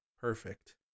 Perfect